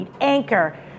Anchor